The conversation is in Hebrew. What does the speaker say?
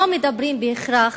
לא מדברים בהכרח